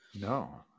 No